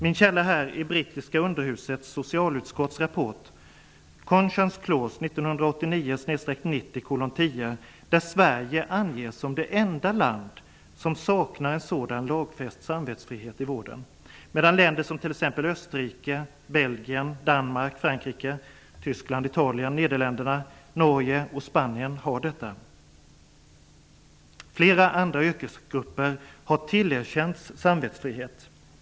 Min källa är brittiska underhusets socialutskotts rapport Conscience Clause 1989/90:10 där Sverige anges som det enda land som saknar en sådan lagfäst samvetsfrihet i vården, medan länder som t.ex. Österrike, Belgien, Nederländerna, Norge och Spanien har detta. Flera andra yrkesgrupper har tillerkänts samvetsfrihet.